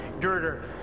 girder